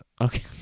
Okay